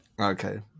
Okay